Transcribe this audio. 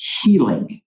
healing